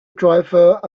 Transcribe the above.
driver